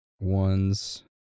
ones